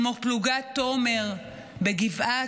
כמו פלוגת תומר בגבעתי,